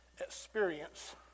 experience